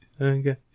okay